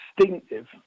instinctive